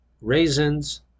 raisins